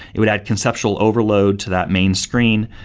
it would add conceptual overload to that main screen.